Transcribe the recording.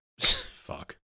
Fuck